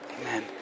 Amen